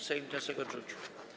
Sejm wniosek odrzucił.